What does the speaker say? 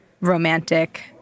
romantic